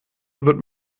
wird